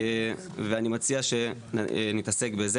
ואני מציע שנתעסק בזה.